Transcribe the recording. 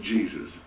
Jesus